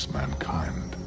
mankind